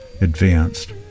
advanced